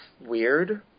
weird